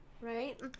Right